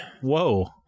Whoa